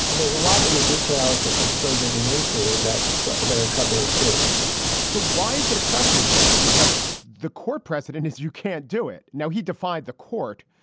there's a lot. and the details which i'm still digging into that but that are troubling, too so why is it a precedent, though? because the court precedent is you can't do it. now, he defied the court.